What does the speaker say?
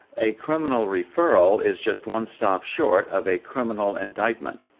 a criminal referral is just one stop short of a criminal indictment.